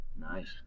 Nice